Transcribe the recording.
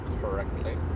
correctly